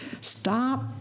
stop